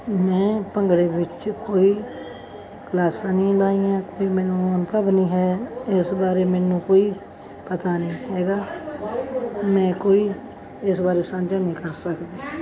ਮੈਂ ਭੰਗੜੇ ਵਿੱਚ ਕੋਈ ਕਲਾਸਾਂ ਨਹੀਂ ਲਗਾਈਆ ਅਤੇ ਮੈਨੂੰ ਅਨੁਭਵ ਨਹੀਂ ਹੈ ਇਸ ਬਾਰੇ ਮੈਨੂੰ ਕੋਈ ਪਤਾ ਨਹੀਂ ਹੈਗਾ ਮੈਂ ਕੋਈ ਇਸ ਬਾਰੇ ਸਾਂਝਾ ਨਹੀਂ ਕਰ ਸਕਦੀ